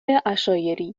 عشایری